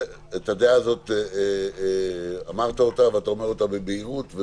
את הדעה הזו אמרת בבהירות וזה בסדר.